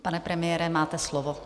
Pane premiére, máte slovo.